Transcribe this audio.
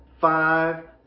five